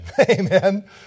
Amen